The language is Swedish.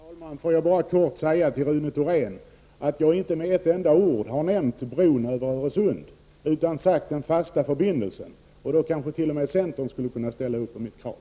Herr talman! Låt mig bara kort till Rune Thorén säga att jag inte med ett enda ord har nämnt en bro över Öresund — jag har talat om den fasta förbindelsen över Öresund. Därför kanske t.o.m. centern skulle kunna ställa upp på mitt krav.